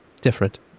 different